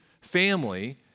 family